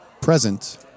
Present